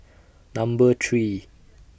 Number three